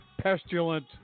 pestilent